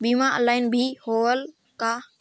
बीमा ऑनलाइन भी होयल का?